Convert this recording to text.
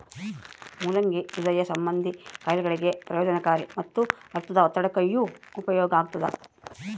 ಮುಲ್ಲಂಗಿ ಹೃದಯ ಸಂಭಂದಿ ಖಾಯಿಲೆಗಳಿಗೆ ಪ್ರಯೋಜನಕಾರಿ ಮತ್ತು ರಕ್ತದೊತ್ತಡಕ್ಕೆಯೂ ಉಪಯೋಗ ಆಗ್ತಾದ